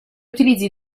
utilizzi